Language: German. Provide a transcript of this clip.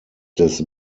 des